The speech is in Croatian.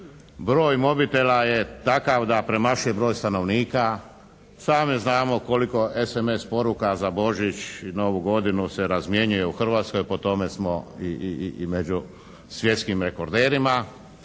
broj mobitela je takav da premašuje broj stanovnika, sami znamo koliko SMS poruka za Božić i Novu godinu se razmjenjuje u Hrvatskoj, po tome smo i među svjetskim rekorderima